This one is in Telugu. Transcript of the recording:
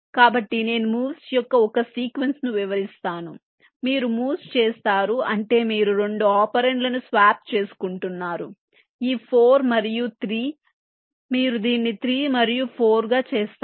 కాబట్టి నేను మూవ్స్ యొక్క ఒక సీక్వెన్స్ ను వివరిస్తున్నాను మీరు మూవ్స్ చేస్తారు అంటే మీరు రెండు ఒపెరాండ్లను స్వాప్ చేసుకుంటున్నారు ఈ 4 మరియు 3 మీరు దీన్ని 3 మరియు 4 గా చేస్తారు